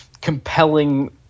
compelling